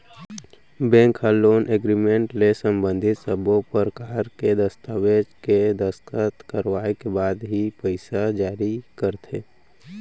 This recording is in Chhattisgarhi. बेंक ह लोन एगरिमेंट ले संबंधित सब्बो परकार के दस्ताबेज के दस्कत करवाए के बाद ही पइसा जारी करथे